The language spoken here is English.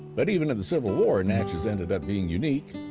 but even in the civil war, natchez ended up being unique.